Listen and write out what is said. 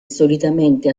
solitamente